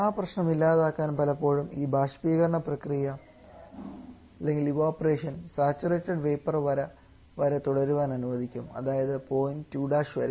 ആ പ്രശ്നം ഇല്ലാതാക്കാൻ പലപ്പോഴും ഈ ബാഷ്പീകരണ പ്രക്രിയ സാച്ചുറേറ്റഡ് വേപ്പർ വര വരെ തുടരാൻ അനുവദിക്കും അതായത് പോയിന്റ് 2 വരെ